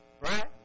Right